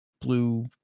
blue